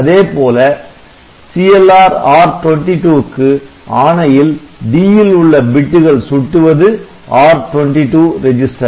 அதேபோல CLR R22 க்கு ஆணையில் 'd' ல் உள்ள பிட்டுகள் சுட்டுவது R22 ரெஜிஸ்டரை